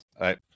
right